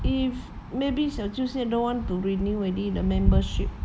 if maybe 小舅 say don't want to renew already the membership